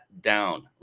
down